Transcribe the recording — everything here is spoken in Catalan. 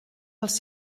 els